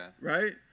Right